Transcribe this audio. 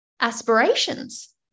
aspirations